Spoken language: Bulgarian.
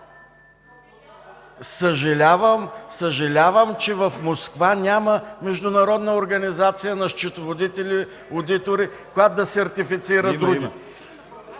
Съжалявам, че в Москва няма Международна организация на счетоводители – одитори, която да сертифицира…